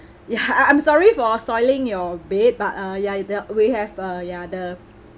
ya I'm sorry for soiling your bed but uh ya the we have a ya the